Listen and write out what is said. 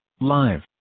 live